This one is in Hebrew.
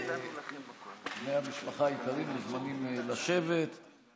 בני המשפחה היקרים מוזמנים לשבת.